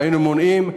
והיינו מונעים,